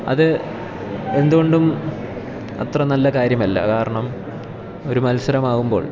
അത് എന്തുകൊണ്ടും അത്ര നല്ല കാര്യമല്ല കാരണം ഒരു മത്സരമാകുമ്പോൾ